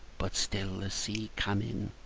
but still the sea cam in.